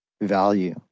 value